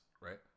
right